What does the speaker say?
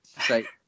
say